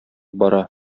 бара